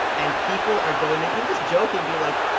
and people are going to, even just joking, be like,